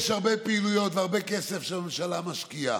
יש הרבה פעילויות והרבה כסף שהממשלה משקיעה,